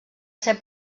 ser